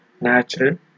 natural